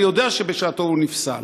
אני יודע שבשעתו הוא נפסל.